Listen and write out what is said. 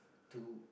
two